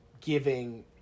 giving